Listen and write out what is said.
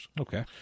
Okay